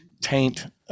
taint